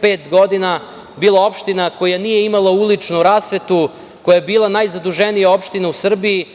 pet godina, bila opština koja nije imala uličnu rasvetu, koja je bila najzaduženija opština u Srbiji,